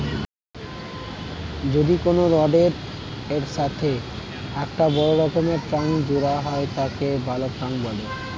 যদি কোনো রডের এর সাথে একটা বড় রকমের ট্যাংক জোড়া হয় তাকে বালক ট্যাঁক বলে